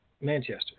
Manchester